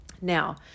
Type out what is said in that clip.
Now